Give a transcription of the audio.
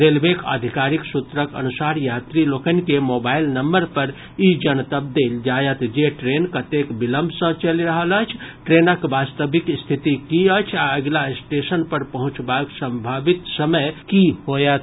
रेलवेक आधिकारिक सूत्रक अनुसार यात्री लोकनि के मोबाईल नम्बर पर ई जनतब देल जायत जे ट्रेन कतेक विलंब सॅ चलि रहल अछि ट्रेनक वास्तविक स्थिति की अछि आ अगिला स्टेशन पर पहुंचबाक संभावित समय की होयत